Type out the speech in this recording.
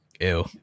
Ew